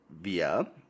Via